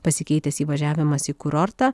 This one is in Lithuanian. pasikeitęs įvažiavimas į kurortą